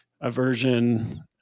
Aversion